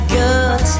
good